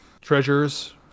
treasures